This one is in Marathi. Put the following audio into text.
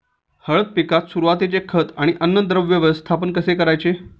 हळद पिकात सुरुवातीचे खत व अन्नद्रव्य व्यवस्थापन कसे करायचे?